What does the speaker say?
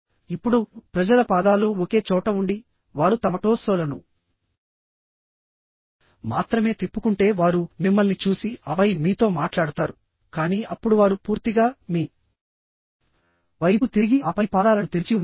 ఇప్పుడు ప్రజల పాదాలు ఒకే చోట ఉండి వారు తమ టోర్సోలను మాత్రమే తిప్పుకుంటే వారు మిమ్మల్ని చూసి ఆపై మీతో మాట్లాడతారు కానీ అప్పుడు వారు పూర్తిగా మీ వైపు తిరిగి ఆపై పాదాలను తెరిచి ఉంచరు